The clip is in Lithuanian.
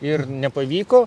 ir nepavyko